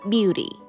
Beauty